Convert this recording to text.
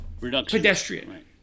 pedestrian